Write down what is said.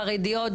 חרדיות,